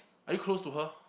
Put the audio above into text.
are you close to her